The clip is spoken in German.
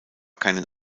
keinen